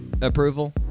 approval